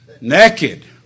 naked